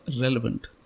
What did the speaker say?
relevant